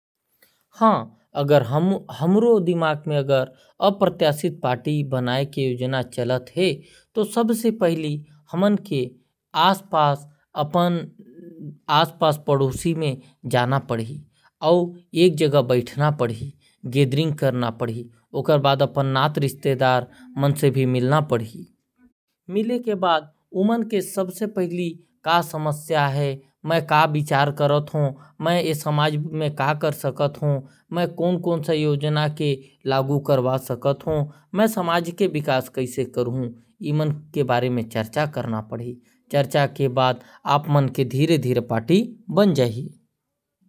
हां अगर हमके अप्रत्याशित पार्टी बनाए के विचार चलत है तो। सब के साथ बैठना पढ़ी और नाता रिश्तेदार मन जग बात करना पढ़ी। फिर सबके बात ल सुनना पढ़ी। और बताना पढ़ी कि मैं कौन कौन सा योजना बनाहू और लागू कर वाहु विकास कैसे करहूं, चर्चा करहूं।